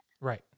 Right